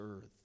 earth